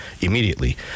immediately